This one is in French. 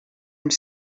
une